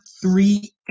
three